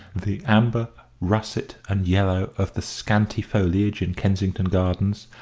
the amber, russet, and yellow of the scanty foliage in kensington gardens,